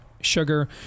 sugar